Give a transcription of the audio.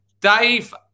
Dave